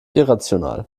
irrational